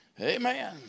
Amen